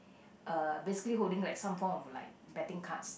uh basically holding like some form of like betting cards